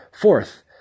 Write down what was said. Fourth